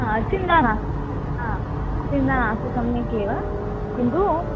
हा चिह्नानि आ चिह्नानि अस्तु सम्यक् एव किन्तु